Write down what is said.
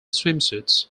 swimsuits